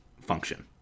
function